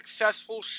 successful